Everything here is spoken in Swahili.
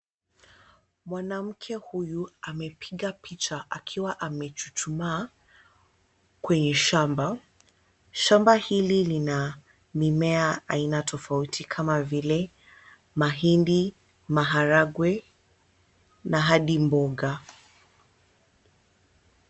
Mwanamke huyu amepiga picha akiwa amechuchumaa kwenye shamba. Shamba hili lina mimea aina tofauti kama vile mahindi, maharagwe na hadi mboga.